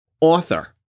author